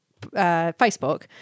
Facebook